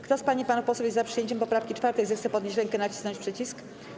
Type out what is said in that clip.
Kto z pań i panów posłów jest za przyjęciem poprawki 4., zechce podnieść rękę i nacisnąć przycisk.